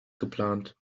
geplant